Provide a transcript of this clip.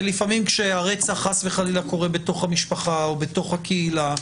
לפעמים כשהרצח חס וחלילה קורה בתוך המשפחה או בתוך הקהילה,